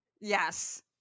Yes